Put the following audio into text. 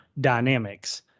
dynamics